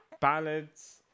ballads